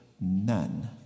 none